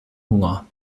hunger